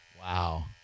Wow